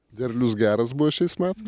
derlius geras buvo šiais metais